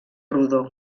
rodó